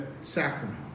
sacrament